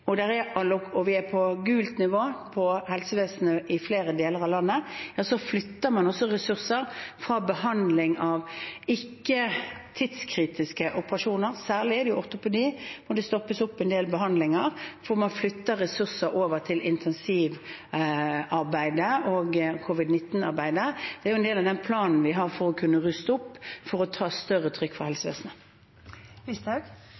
og vi er på gult nivå på helsevesenet i flere deler av landet, flytter man også ressurser fra behandling av ikke tidskritiske operasjoner – det er ofte særlig dem når en del behandlinger stoppes opp – over til intensivarbeidet og covid-19-arbeidet. Det er en del av den planen vi har for å kunne ruste opp for å ta større trykk fra